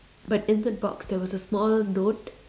but in the box there was a small note